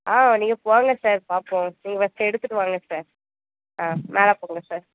ஆ நீங்கள் போங்க சார் பார்ப்போம் நீங்கள் ஃபஸ்ட்டு எடுத்துகிட்டு வாங்க சார் ஆ மேலே போங்க சார்